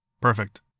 Perfect